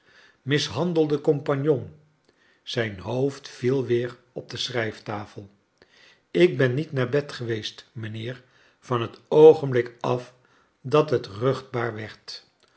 mishandelde compagnon zijn hoofd viel weer op de schrijftafel ik ben niet naar bed geweest mijnheer van het oogenblik af dat het ruchtbaar werd